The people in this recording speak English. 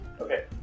Okay